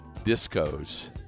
discos